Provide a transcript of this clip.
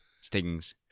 Stings